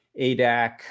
ADAC